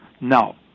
No